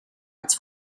its